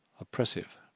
oppressive